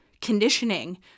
conditioning